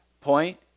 point